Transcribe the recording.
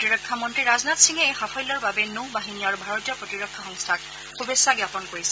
প্ৰতিৰক্ষা মন্ত্ৰী ৰাজনাথ সিঙে এই সাফল্যৰ বাবে নৌ বাহিনী আৰু ভাৰতীয় প্ৰতিৰক্ষা সংস্থাক শুভেচ্ছা জ্ঞাপন কৰিছে